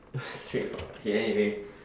straightforward okay anyway